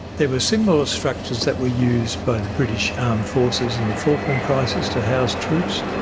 there were similar structures that were used by the british armed forces in the falklands crisis to house troops,